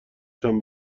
چند